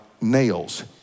nails